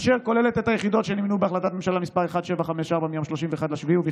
אשר כוללת את היחידות שנמנו בהחלטת ממשלה מס' 1754 מיום 31 ביולי 2016,